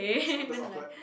oh that's awkward